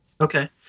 Okay